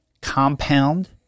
compound